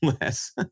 less